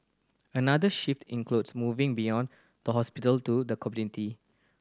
another shift includes moving beyond the hospital to the community